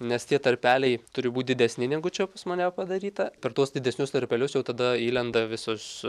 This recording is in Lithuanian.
nes tie tarpeliai turi būt didesni negu čia pas mane padaryta per tuos didesnius tarpelius jau tada įlenda visos